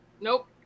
Nope